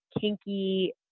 kinky